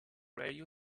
radio